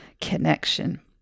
connection